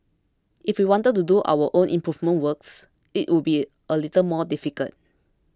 if we wanted to do our own improvement works it would be a little more difficult